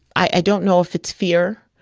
i don't know if it's fear.